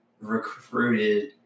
recruited